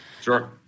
Sure